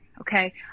okay